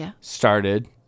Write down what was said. started